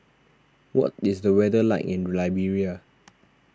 what is the weather like in Liberia